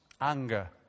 anger